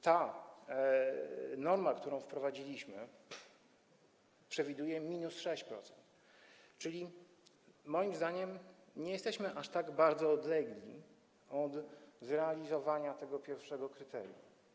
Ta norma, którą wprowadziliśmy, przewiduje -6%, czyli moim zdaniem nie jesteśmy aż tak bardzo odlegli od zrealizowania tego pierwszego kryterium.